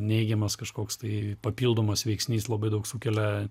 neigiamas kažkoks tai papildomas veiksnys labai daug sukelia